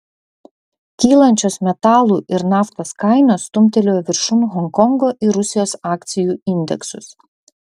kylančios metalų ir naftos kainos stumtelėjo viršun honkongo ir rusijos akcijų indeksus